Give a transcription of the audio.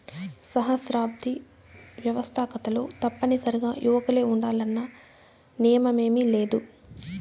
సహస్రాబ్ది వ్యవస్తాకతలో తప్పనిసరిగా యువకులే ఉండాలన్న నియమేమీలేదు